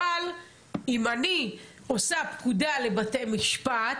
אבל אם אני עושה פקודה לבתי משפט,